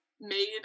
made